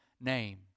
name